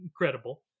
incredible